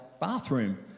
bathroom